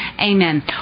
Amen